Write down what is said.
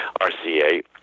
RCA